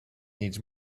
needs